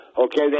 Okay